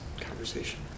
conversation